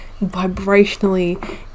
vibrationally